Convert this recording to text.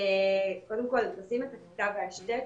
קודם כל לשים את הכיתה בהשתק,